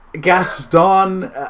Gaston